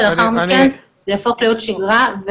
ולאחר מכן זה יהפוך להיות שגרה,